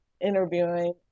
interviewing